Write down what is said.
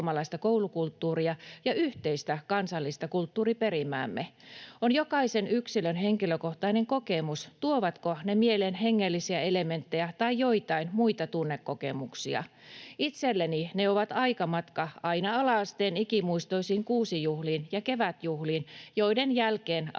jokaisen yksilön henkilökohtainen kokemus, tuovatko ne mieleen hengellisiä elementtejä tai joitain muita tunnekokemuksia. Itselleni ne ovat aikamatka aina ala-asteen ikimuistoisiin kuusijuhliin ja kevätjuhliin, joiden jälkeen alkoi